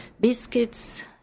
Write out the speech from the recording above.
biscuits